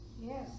yes